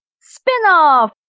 Spin-off